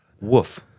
Woof